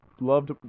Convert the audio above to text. loved